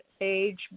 age